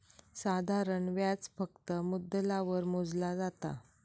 साधारण व्याज फक्त मुद्दलावर मोजला जाता